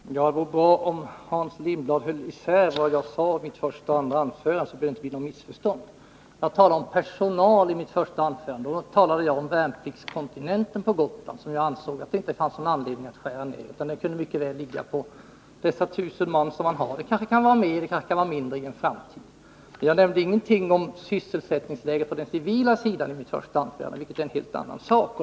Herr talman! Det vore bra om Hans Lindblad höll isär vad jag sade i mitt första och i mitt andra anförande, så att det inte behövde bli några missförstånd. Jag talade om personal i mitt första anförande. Då gällde det värnpliktskontingenten på Gotland, som jag ansåg att det inte fanns några anledningar att skära ner. Den kan mycket väl ligga på de 1000 man som man har nu, även om kontingenten kanske kan vara något större eller mindre i en framtid. Jag nämnde ingenting i mitt första anförande om sysselsättningsläget på den civila sidan, vilket är en helt annan sak.